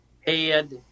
head